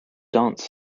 dance